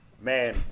Man